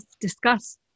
discuss